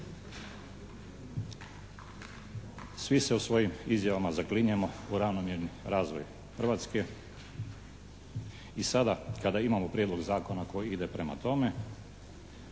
Svi se usvojim izjavama zaklinjemo u ravnomjerni razvoj Hrvatske i sada kada imamo prijedlog zakona koji ide prema tome,